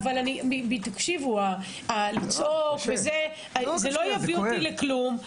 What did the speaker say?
תקשיבו, לצעוק, זה לא יביא אותי לכלום.